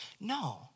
No